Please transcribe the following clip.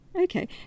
Okay